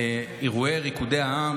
אין לי בעיה.